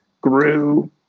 grew